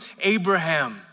Abraham